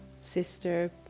sister